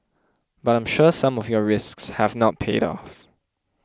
but I'm sure some of your risks have not paid off